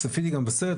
צפיתי גם בסרט.